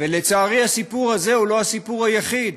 ולצערי, הסיפור הזה הוא לא הסיפור היחיד.